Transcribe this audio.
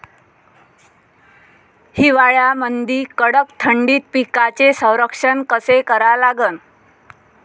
हिवाळ्यामंदी कडक थंडीत पिकाचे संरक्षण कसे करा लागन?